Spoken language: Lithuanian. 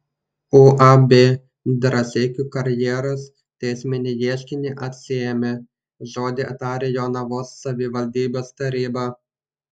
uab drąseikių karjeras teisminį ieškinį atsiėmė žodį tarė jonavos savivaldybės taryba